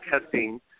testing